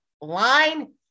line